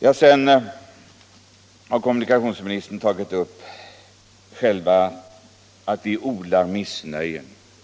Sedan har kommunikationsministern påstått att vi odlar missnöjet.